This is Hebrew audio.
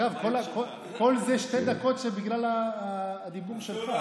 אגב, כל זה שתי דקות בגלל הדיבור שלך.